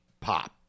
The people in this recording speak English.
pop